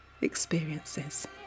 experiences